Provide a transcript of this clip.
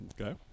Okay